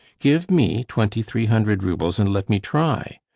give me twenty-three hundred roubles and let me try.